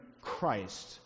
Christ